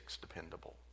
dependable